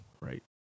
right